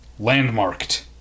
landmarked